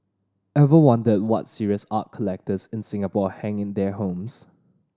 ever wondered what serious art collectors in Singapore hang in their homes